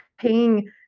paying